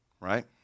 right